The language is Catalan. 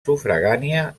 sufragània